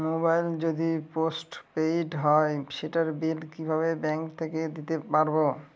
Mobile যদি postpaid হয় সেটার বিল কিভাবে ব্যাংক থেকে দিতে পারব?